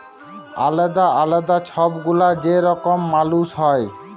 আলেদা আলেদা ছব গুলা যে রকম মালুস হ্যয়